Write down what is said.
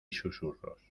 susurros